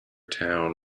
town